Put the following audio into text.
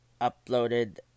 uploaded